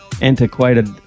antiquated